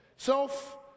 Self